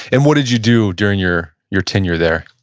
and what did you do during your your tenure there?